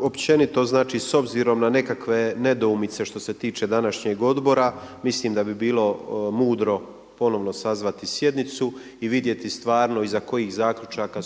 općenito znači s obzirom na nekakve nedoumice što se tiče današnjeg odbora mislim da bi bilo mudro ponovno sazvati sjednicu i vidjeti stvarno iza kojih zaključaka